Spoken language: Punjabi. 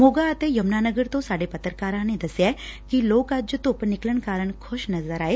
ਮੋਗਾ ਅਤੇ ਯਮੁਨਾਨਗਰ ਤੋ' ਸਾਡੇ ਪੱਤਰਕਾਰਾਂ ਨੇ ਦਸਿਆ ਐ ਕਿ ਲੋਕ ਅੱਜ ਧੁੱਪ ਨਿਕਲਣ ਕਾਰਨ ਖੁਸ਼ ਨਜ਼ਰ ਆਏ